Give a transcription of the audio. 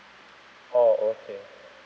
oh okay